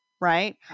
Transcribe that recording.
right